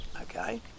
okay